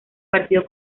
partido